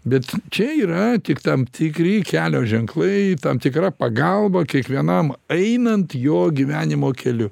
bet čia yra tik tam tikri kelio ženklai tam tikra pagalba kiekvienam einant jo gyvenimo keliu